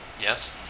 yes